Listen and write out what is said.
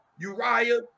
Uriah